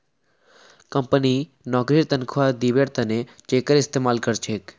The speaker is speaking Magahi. कम्पनि नौकरीर तन्ख्वाह दिबार त न चेकेर इस्तमाल कर छेक